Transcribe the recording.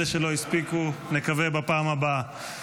אלה שלא הספיקו, נקווה שבפעם הבאה.